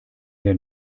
den